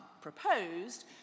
proposed